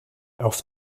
auf